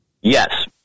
Yes